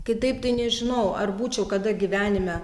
kitaip tai nežinau ar būčiau kada gyvenime